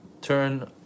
turn